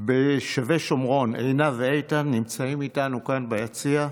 בשבי שומרון, עינב ואיתן, נמצאים איתנו כאן ביציע.